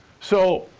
so,